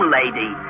lady